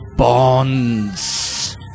Bonds